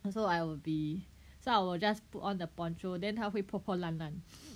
so I'll be so I'll just put on the poncho then 他会破破烂烂